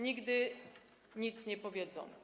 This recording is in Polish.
Nigdy nic nie powiedzą.